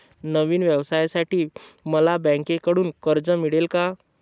नवीन व्यवसायासाठी मला बँकेकडून कर्ज मिळेल का?